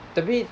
tapi